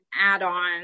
add-on